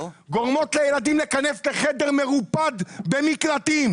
גורמות לילדים להיכנס לחדר מרופד במקלטים